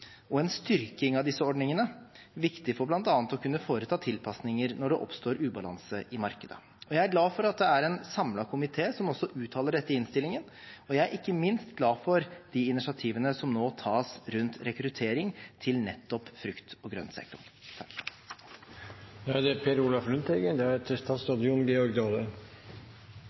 og en styrking av disse ordningene viktig for bl.a. å kunne foreta tilpasninger når det oppstår ubalanse i markedet. Jeg er glad for at det er en samlet komité som også uttaler dette i innstillingen, og jeg er ikke minst glad for de initiativene som nå tas rundt rekruttering til nettopp frukt- og grøntsektoren. Jeg er enig med representanten Andersen, som sa at det